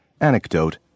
anecdote